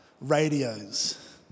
radios